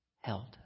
held